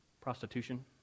prostitution